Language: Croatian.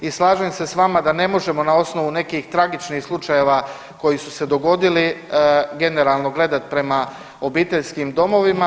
I slažem se sa vama da ne možemo na osnovu nekih tragičnih slučajeva koji su se dogodili generalno gledati prema obiteljskim domovima.